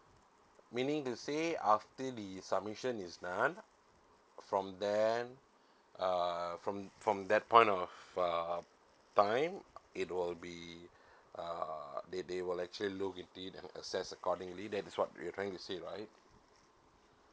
meaning to say after the submission is done from then uh from from that point of uh time it will be uh they they will actually look into it and assess accordingly that's what you're trying to say right